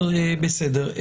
בסדר.